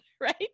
right